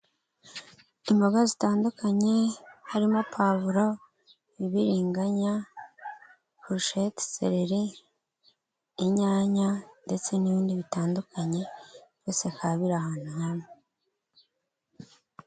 Imboga zitandukanye harimo pavuro, ibibiringanya, porosheti, seleri, inyanya ndetse n'ibindi bitandukanye byose bikaba biri ahantu hamwe.